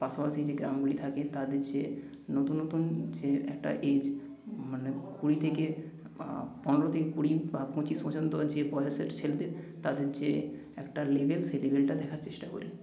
পাশাপাশি যে গ্রামগুলি থাকে তাদের যে নতুন নতুন যে একটা এজ মানে কুড়ি থেকে পনেরো থেকে কুড়ি বা পঁচিশ পর্যন্ত যে বয়সের ছেলেদের তাদের যে একটা লেভেল সেই লেভেলটা দেখার চেষ্টা করি